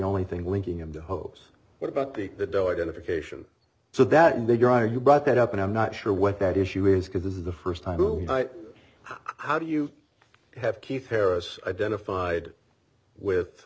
only thing linking him to hope's what about the dough identification so that and they dry you brought that up and i'm not sure what that issue is because this is the first time how do you have keith harris identified with